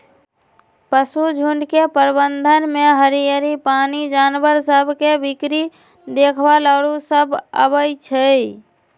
पशुझुण्ड के प्रबंधन में हरियरी, पानी, जानवर सभ के बीक्री देखभाल आउरो सभ अबइ छै